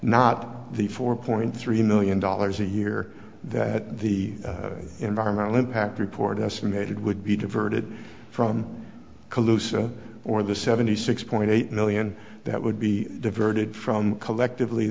not the four point three million dollars a year that the environmental impact report estimated would be diverted from colusa or the seventy six point eight million that would be diverted from collectively